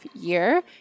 year